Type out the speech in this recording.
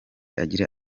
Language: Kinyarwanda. agira